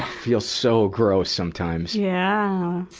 feels so gross sometimes! yeah!